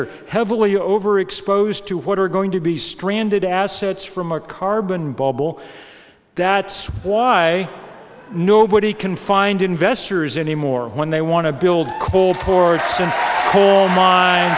are heavily overexposed to what are going to be stranded assets from a carbon bubble that's why nobody can find investors anymore when they want to build cold por